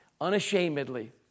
Unashamedly